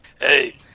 Hey